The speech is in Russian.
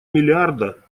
миллиарда